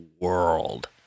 world